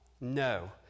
no